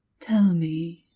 tell me,